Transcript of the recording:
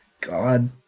God